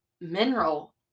mineral